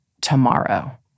tomorrow—